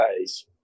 guys